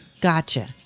Gotcha